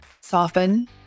soften